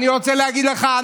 אני רוצה להגיד לך,